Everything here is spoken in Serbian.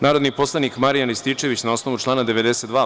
Narodni poslanik Marijan Rističević, na osnovu člana 92.